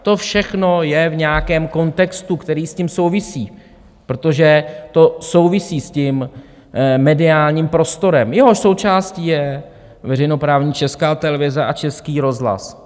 To všechno je v nějakém kontextu, který s tím souvisí, protože to souvisí s mediálním prostorem, jehož součástí je veřejnoprávní Česká televize a Český rozhlas.